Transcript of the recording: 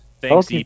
thanks